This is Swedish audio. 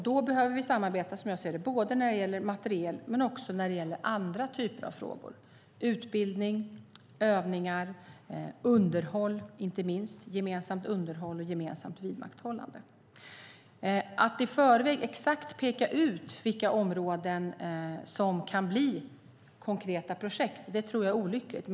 Då behöver vi samarbeta när det gäller både materiel och annat, som utbildning, övningar, gemensamt underhåll och gemensamt vidmakthållande. Att i förväg peka ut exakt vilka områden som kan bli konkreta projekt vore olyckligt.